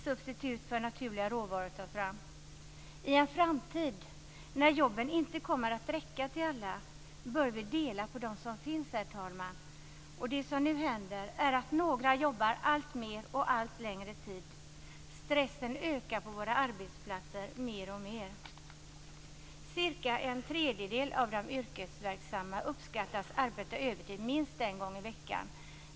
Substitut för naturliga råvaror tas fram. I en framtid när jobben inte kommer att räcka till alla bör vi dela på dem som finns, herr talman. Det som nu händer är att några jobbar alltmer och allt längre tid. Stressen ökar på våra arbetsplatser mer och mer. Cirka en tredjedel av de yrkesverksamma uppskattas arbeta övertid minst en gång i veckan.